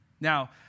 Now